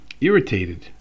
irritated